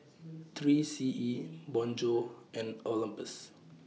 three C E Bonjour and Olympus